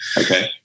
Okay